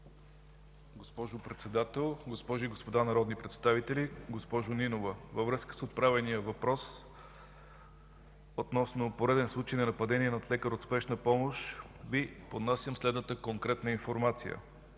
Госпожо Председател, госпожи и господа народни представители! Госпожо Нинова, във връзка с отправения въпрос относно пореден случай на нападение над лекар от Спешна помощ Ви поднасям следната конкретна информация.